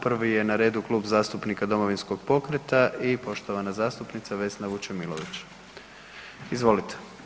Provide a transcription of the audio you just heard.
Prvi je na redu Klub zastupnik Domovinskog pokreta i poštovana zastupnica Vesna Vučemilović, izvolite.